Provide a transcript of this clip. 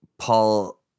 Paul